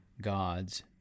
God's